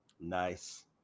Nice